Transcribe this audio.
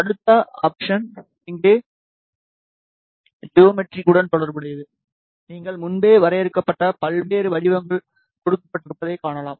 அடுத்த ஆப்ஷன் இங்கே ஜியோமெட்ரிக் யுடன் தொடர்புடையது நீங்கள் முன்பே வரையறுக்கப்பட்ட பல்வேறு வடிவங்கள் கொடுக்கப்பட்டிருப்பதைக் காணலாம்